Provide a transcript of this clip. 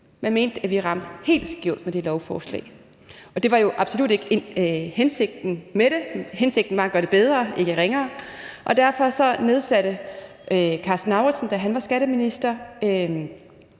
Man mente, at vi ramte helt skævt med det lovforslag, og det var jo absolut ikke hensigten med det – hensigten var at gøre det bedre, ikke ringere. Derfor nedsatte Karsten Lauritzen, da han var skatteminister,